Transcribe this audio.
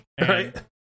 Right